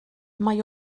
mae